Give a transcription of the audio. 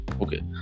Okay